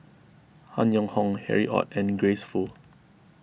Han Yong Hong Harry Ord and Grace Fu